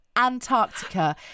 Antarctica